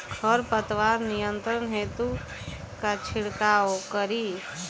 खर पतवार नियंत्रण हेतु का छिड़काव करी?